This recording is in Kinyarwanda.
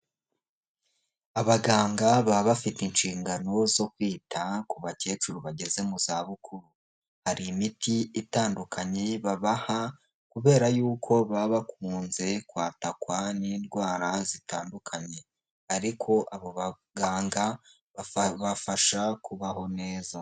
Abaganga baba bafite inshingano zo kwita ku bakecuru bageze mu zabukuru. Hari imiti itandukanye babaha kubera yuko baba bakunze kwatakwa n'indwara zitandukanye ariko abo baganga bakabafasha kubaho neza.